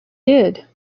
did